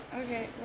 Okay